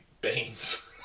beans